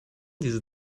diese